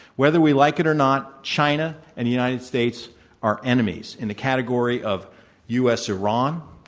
whether we like it or not, china and the united states are enemies in the category of u. s. iran,